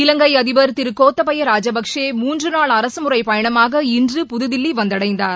இலங்கைஅதிபர் திருகோத்தபயராஜபக்ஷே மூன்றநாள் அரசுமுறைப் பயணமாக இன்று புதுதில்லிவந்தடைந்தார்